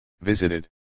Visited